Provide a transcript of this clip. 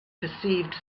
perceived